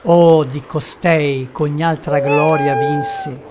oh di costei ch'ogni altra gloria vinse